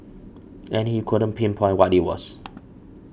and he couldn't pinpoint what it was